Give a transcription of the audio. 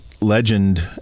legend